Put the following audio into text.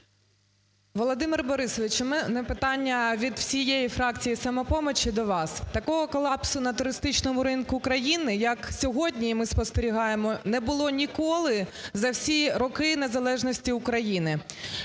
Володимир Борисович, у мене питання від всієї фракції "Самопомочі" до вас. Такого колапсу на туристичному ринку країни, як сьогодні ми спостерігаємо, не було ніколи за всі роки незалежності України.